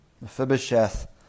Mephibosheth